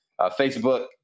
Facebook